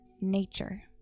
nature